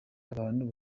abantu